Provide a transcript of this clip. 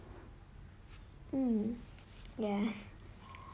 mm ya